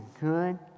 good